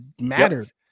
mattered